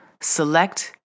select